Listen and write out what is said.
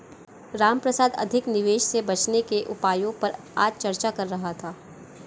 रामप्रसाद अधिक निवेश से बचने के उपायों पर आज चर्चा कर रहा था